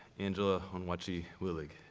angela onwuachi-willig.